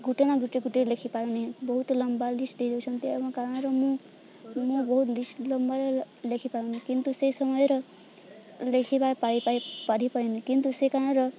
ଗୋଟେ ନା ଗୋଟେ ଗୋଟେ ଲେଖିପାରୁନି ବହୁତ ଲମ୍ବା ଲିଷ୍ଟ ଦେଉ ଦେଉଛନ୍ତି ଏହି କାରଣର ମୁଁ ମୁଁ ବହୁତ ଲିଷ୍ଟ ଲମ୍ବାରେ ଲେଖିପାରୁନି କିନ୍ତୁ ସେହି ସମୟରେ ଲେଖିବା କିନ୍ତୁ ସିଏ ତାଙ୍କର